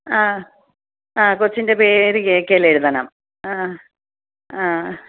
ആ ആ കൊച്ചിൻ്റെ പേര് കേക്കിൽ എഴുതണം ആ ആ